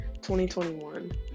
2021